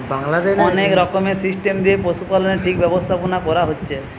অনেক রকমের সিস্টেম দিয়ে পশুপালনের ঠিক ব্যবস্থাপোনা কোরা হচ্ছে